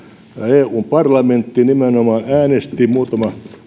eun parlamentti nimenomaan äänesti muutama